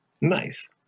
Nice